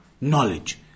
knowledge